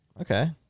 Okay